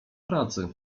pracy